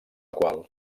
qual